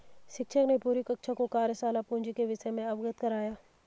शिक्षक ने पूरी कक्षा को कार्यशाला पूंजी के विषय से अवगत कराया